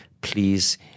Please